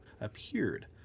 appeared